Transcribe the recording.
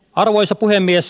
arvoisa puhemies